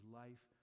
life